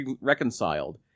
reconciled